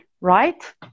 right